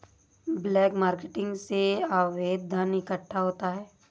black marketing से अवैध धन इकट्ठा होता है